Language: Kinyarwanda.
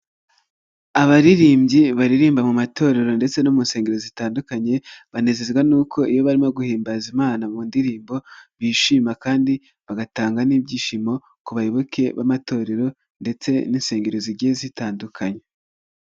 Abaririmbyi baririmba mu matorero ndetse no mu nsengero zitandukanye banezezwa n'uko iyo barimo guhimbaza Imana mu ndirimbo bishima kandi bagatanga n'ibyishimo ku bayoboke b'amatorero ndetse n'insengeri zigiye zitandukanye.